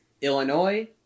Illinois